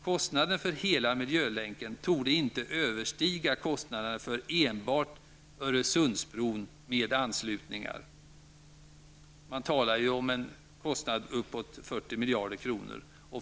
Kostnaden för hela miljölänken torde inte överstiga kostnaderna för enbart Öresundsbron med anslutningar. Man talar ju om en kostnad uppemot 40 miljarder kronor.